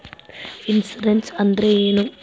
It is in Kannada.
ಇನ್ಸುರೆನ್ಸ್ ಅಂದ್ರೇನು?